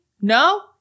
No